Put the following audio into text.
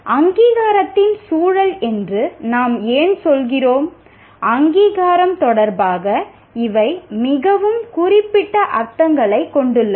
அங்கீகாரத்தின் சூழல் என்று நாம் ஏன் சொல்கிறோம் அங்கீகாரம் தொடர்பாக இவை மிகவும் குறிப்பிட்ட அர்த்தங்களைக் கொண்டுள்ளன